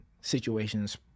situations